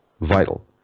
vital